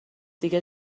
دیگه